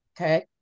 okay